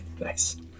Nice